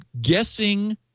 guessing